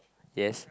yes